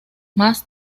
más